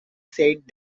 said